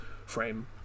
Frame